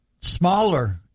smaller